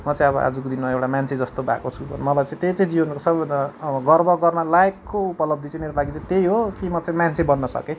म चाहिँ अब आजको दिनमा एउटा मान्छे जस्तो भएको छु मलाई त्यही चाहिँ जीवनको सबैभन्दा गर्व गर्न लायकको उपलब्धि चाहिँ मेरो लागि चाहिँ त्यही हो कि म चाहिँ मान्छे बन्न सकेँ